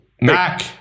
Mac